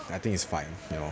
I think it's fine you know